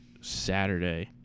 Saturday